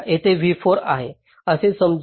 येथे v4 आहे असे समजू